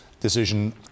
decision